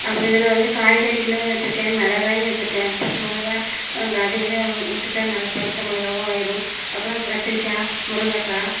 அப்போ இதில் வந்து காய்கறிகளும் வச்சியிருக்கேன் மிளகாயும் வச்சியிருக்கேன் பச்சை மிளகா நாங்கள் அதையவே விட்டுட்டா நல்ல பழுத்த மிளகாவும் ஆயிரும் அப்புறம் கத்திரிக்காய் முருங்கக்காய்